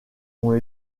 ont